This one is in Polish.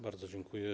Bardzo dziękuję.